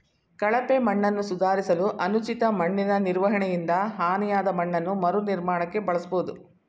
ಕಳಪೆ ಮಣ್ಣನ್ನು ಸುಧಾರಿಸಲು ಅನುಚಿತ ಮಣ್ಣಿನನಿರ್ವಹಣೆಯಿಂದ ಹಾನಿಯಾದಮಣ್ಣನ್ನು ಮರುನಿರ್ಮಾಣಕ್ಕೆ ಬಳಸ್ಬೋದು